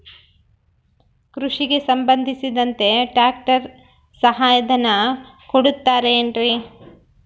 ಕೃಷಿಗೆ ಸಂಬಂಧಿಸಿದಂತೆ ಟ್ರ್ಯಾಕ್ಟರ್ ಸಹಾಯಧನ ಕೊಡುತ್ತಾರೆ ಏನ್ರಿ?